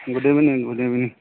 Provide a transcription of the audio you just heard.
good evening good evening